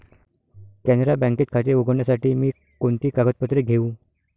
कॅनरा बँकेत खाते उघडण्यासाठी मी कोणती कागदपत्रे घेऊ?